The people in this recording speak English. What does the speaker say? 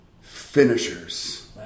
finishers